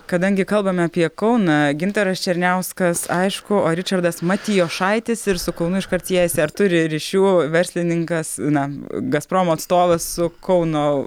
kadangi kalbame apie kauną gintaras černiauskas aišku o ričardas matijošaitis ir su kaunu iškart siejasi ar turi ryšių verslininkas na gazpromo atstovas su kauno